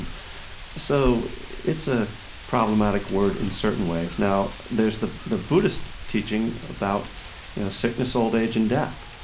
so it's a problematic word in certain ways. now, there's the the buddhist teaching about sickness, old age, and death,